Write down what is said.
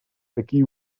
такие